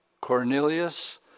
Cornelius